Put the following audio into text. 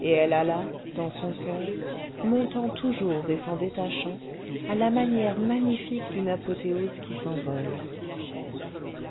et elle alla dans son coeur montant toujours et s'en détachant à la manière magnifique d'une apothéose qui s'envole